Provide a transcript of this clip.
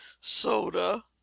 Soda